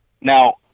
Now